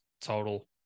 total